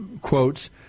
Quotes